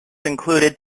included